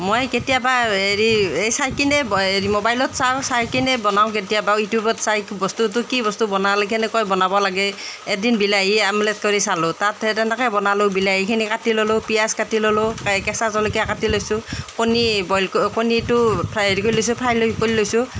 মই কেতিয়াবা হেৰি এই চাইকিনে এই মবাইলত চাওঁ চাইকেনে বনাওঁ কেতিয়াবা ইউটিউবত চাই বস্তুটো কি বস্তু বনালে কেনেকৈ বনাব লাগে এদিন বিলাহী আমলেট কৰি চালোঁ তাত সেই তেনেকেই বনালোঁ বিলাহীখিনি কাটি ললোঁ পিঁয়াজ কাটি ললোঁ কেঁচা জলকীয়া কাটি লৈছোঁ কণী কণীটো হেৰি কৰি লৈছোঁ ফ্ৰাই কৰি লৈছোঁ